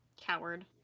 Coward